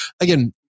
again